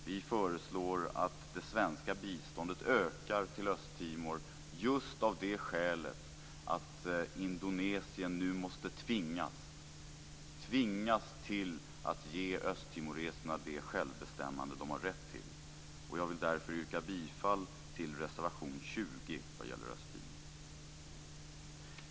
Vi föreslår att det svenska biståndet till Östtimor ökar just av det skälet att Indonesien nu måste tvingas att ge östtimoreserna det självbestämmande de har rätt till. Jag vill därför yrka bifall till reservation 20 vad gäller Östtimor.